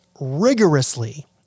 rigorously